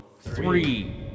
three